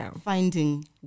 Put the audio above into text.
finding